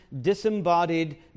disembodied